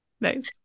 Nice